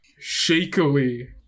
shakily